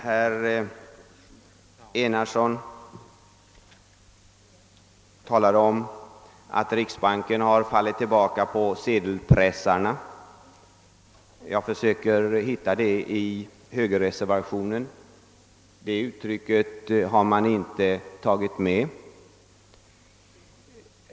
Herr Enarsson talade om att riksbanken har fallit tillbaka på sedelpressarna. Jag försöker hitta det uttrycket i högerreservationen, men där har det inte tagits med.